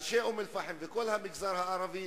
אנשי אום-אל-פחם וכל המגזר הערבי,